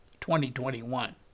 2021